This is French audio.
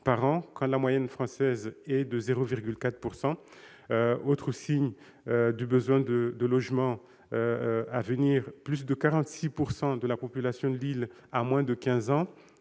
par an, quand la moyenne française est de 0,4 %. Autre signe du besoin à venir en logements : plus de 46 % de la population de l'île a moins de 15 ans,